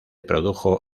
produjo